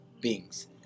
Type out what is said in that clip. beings